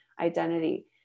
identity